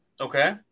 Okay